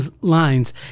lines